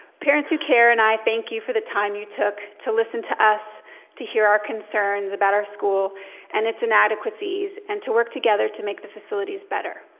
parents who care and i thank you for the time you took to listen to us, to hear our concerns about our school and it's an adequacy and to work together to make the facilities better.